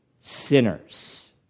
sinners